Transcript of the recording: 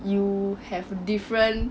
you have different